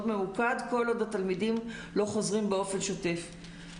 ממוקד כל עוד התלמידים לא חוזרים באופן שוטף.